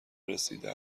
رسیده